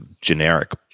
generic